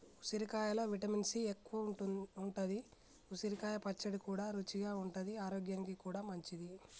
ఉసిరికాయలో vitamin C ఎక్కువుంటది, ఉసిరికాయ పచ్చడి కూడా రుచిగా ఉంటది ఆరోగ్యానికి కూడా మంచిది